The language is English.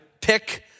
pick